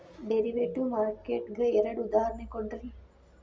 derivative market ಗೆ ಎರಡ್ ಉದಾಹರ್ಣಿ ಕೊಡ್ರಿ